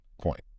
point